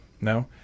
no